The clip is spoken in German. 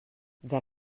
wer